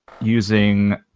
using